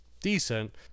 decent